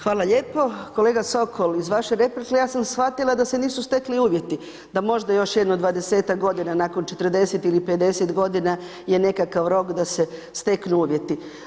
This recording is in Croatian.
Hvala lijepo, kolega Sokol iz vaše replike ja sam shvatila da se nisu stekli uvjeti, da možda još jedno 20-tak godina nakon 40 ili 50 godina je nekakav rok da se steknu uvjeti.